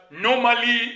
normally